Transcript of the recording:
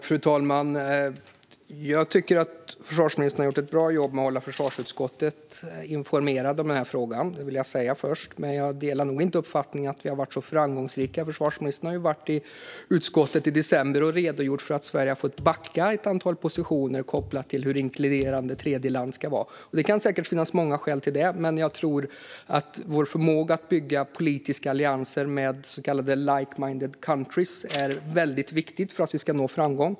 Fru talman! Jag tycker att försvarsministern har gjort ett bra jobb med att hålla försvarsutskottet informerat om den här frågan. Det vill jag säga först. Men jag delar nog inte uppfattningen att vi har varit så framgångsrika. Försvarsministern har varit i utskottet i december och redogjort för att Sverige har fått backa ett antal positioner kopplat till hur inkluderande tredjeland ska vara. Det kan säkert finnas många skäl till det. Men vår förmåga att bygga politiska allianser med så kallade like-minded countries är väldigt viktig för att vi ska nå framgång.